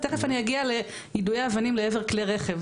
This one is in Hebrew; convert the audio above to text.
תיכף אני אגיע ליידויי אבנים לעבר כלי רכב,